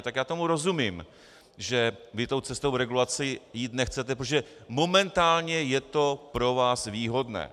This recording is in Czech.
Tak já tomu rozumím, že vy tou cestou regulace jít nechcete, protože momentálně je to pro vás výhodné.